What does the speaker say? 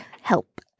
Help